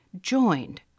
joined